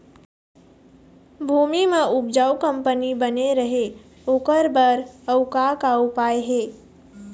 भूमि म उपजाऊ कंपनी बने रहे ओकर बर अउ का का उपाय हे?